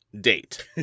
date